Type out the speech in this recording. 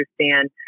understand